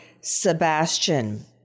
Sebastian